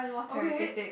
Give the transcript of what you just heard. okay